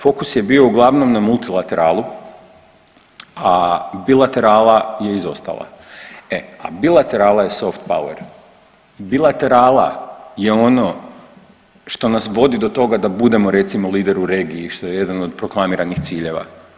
Fokus je bio uglavnom na multilateralu, a bilaterala je izostala, e a bilaterala je soft pauer, bilaterala je ono što nas vodi do toga da budemo recimo lider u regiji, što je jedan od proklamiranih ciljeva.